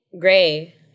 gray